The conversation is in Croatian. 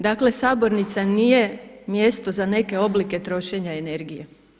Dakle sabornica nije mjesto za neke oblike trošenja energije.